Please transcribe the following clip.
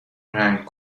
رنگ